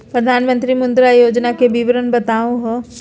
प्रधानमंत्री मुद्रा योजना के विवरण बताहु हो?